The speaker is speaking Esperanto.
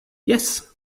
jes